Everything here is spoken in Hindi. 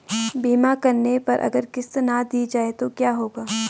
बीमा करने पर अगर किश्त ना दी जाये तो क्या होगा?